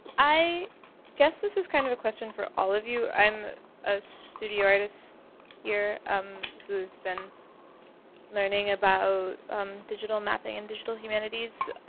i guess this is kind of a question for all of you. i'm a studio artist here um who's been learning about digital mapping and digital humanities.